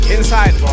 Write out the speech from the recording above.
Inside